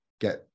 get